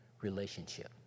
relationship